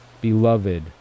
beloved